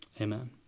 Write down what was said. Amen